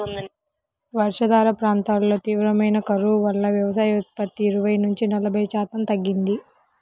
వర్షాధార ప్రాంతాల్లో తీవ్రమైన కరువు వల్ల వ్యవసాయోత్పత్తి ఇరవై నుంచి నలభై శాతం తగ్గింది